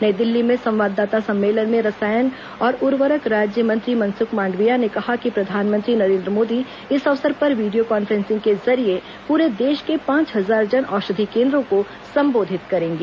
नई दिल्ली में संवाददाता सम्मेलन में रसायन और उरर्वक राज्य मंत्री मनसुख मांडविया ने कहा कि प्रधानमंत्री नरेन्द्र मोदी इस अवसर पर वीडियो कांफ्रेंसिंग के जरिये पूरे देश के पांच हजार जन औषधि केन्द्रों को सम्बोधित करेंगे